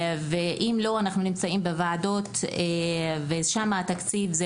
אם לא אנחנו נמצאים בוועדות, ושם התקציב זה